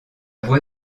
voie